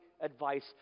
advice